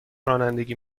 رانندگی